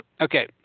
Okay